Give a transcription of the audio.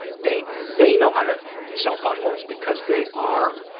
they they know how to sell buttholes because they are,